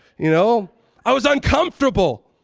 you know, i was uncomfortable.